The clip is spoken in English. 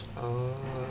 oh